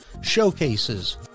showcases